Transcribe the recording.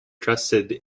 trusted